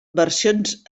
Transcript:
versions